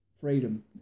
Freedom